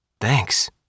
Thanks